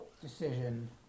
decision